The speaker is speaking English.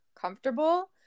comfortable